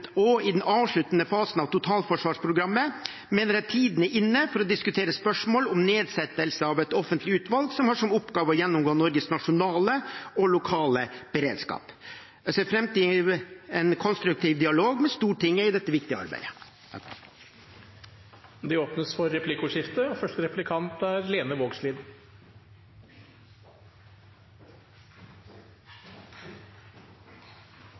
avsluttende fasen av totalforsvarsprogrammet mener jeg tiden er inne for å diskutere spørsmål om nedsettelse av et offentlig utvalg som har som oppgave å gjennomgå Norges nasjonale og lokale beredskap. Jeg ser fram til en konstruktiv dialog med Stortinget i dette viktige arbeidet. Det blir replikkordskifte. I innstillinga føreslår Høgre og